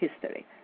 history